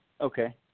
Okay